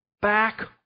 Back